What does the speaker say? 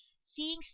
Seeing